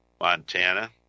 Montana